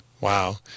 Wow